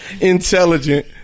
intelligent